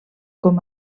com